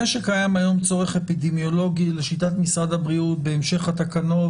זה שקיים היום צורך אפידמיולוגי לשיטת משרד הבריאות בהמשך התקנות,